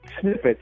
snippets